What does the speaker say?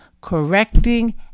correcting